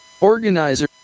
organizer